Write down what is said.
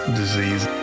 disease